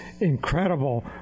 incredible